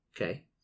Okay